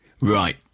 right